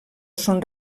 són